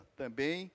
também